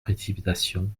précipitation